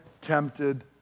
tempted